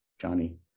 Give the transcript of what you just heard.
Johnny